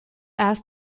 asks